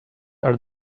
are